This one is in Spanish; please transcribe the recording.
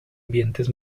ambientes